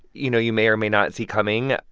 you know, you may or may not see coming.